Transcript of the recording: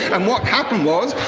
and what happened was,